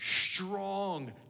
strong